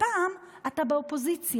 ופעם אתה באופוזיציה,